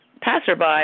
passerby